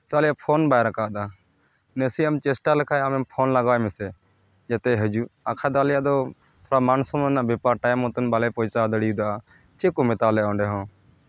ᱱᱤᱛᱚᱜ ᱟᱞᱮᱭᱟᱜ ᱯᱷᱳᱱ ᱵᱟᱭ ᱨᱟᱠᱟᱵᱽ ᱫᱟ ᱱᱟᱥᱮᱭᱟᱜ ᱮᱢ ᱪᱮᱥᱴᱟ ᱞᱮᱠᱷᱟᱡ ᱟᱢ ᱞᱟᱜᱟ ᱟᱭ ᱢᱮᱥᱮ ᱡᱟᱛᱮ ᱦᱤᱡᱩᱜ ᱟᱨ ᱠᱷᱟᱡ ᱫᱚ ᱟᱞᱮᱭᱟᱜ ᱫᱚ ᱢᱟᱱ ᱥᱚᱱᱢᱟᱱ ᱨᱮᱱᱟᱜ ᱵᱮᱯᱟᱨ ᱴᱟᱭᱤᱢ ᱢᱚᱛᱚᱱ ᱵᱟᱞᱮ ᱯᱚᱸᱪᱷᱟᱣ ᱫᱟᱲᱮᱭᱟᱫᱟ ᱪᱮᱫ ᱠᱚ ᱢᱮᱛᱟᱣ ᱞᱮᱭᱟ ᱚᱸᱰᱮ ᱦᱚᱸ